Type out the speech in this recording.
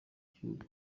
gihugu